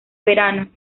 verano